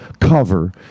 cover